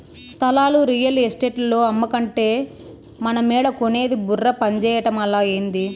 స్థలాలు రియల్ ఎస్టేటోల్లు అమ్మకంటే మనమేడ కొనేది బుర్ర పంజేయటమలా, ఏంది